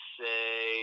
say